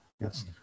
yes